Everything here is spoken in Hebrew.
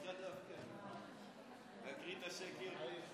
אותך דווקא להקריא את השקר?